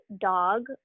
dog